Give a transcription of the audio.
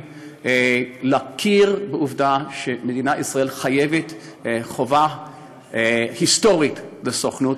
להכיר בעובדה שמדינת ישראל חייבת חוב היסטורית לסוכנות.